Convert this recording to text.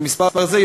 כמספר הזה,